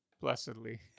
blessedly